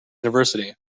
university